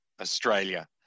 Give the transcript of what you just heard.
Australia